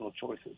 choices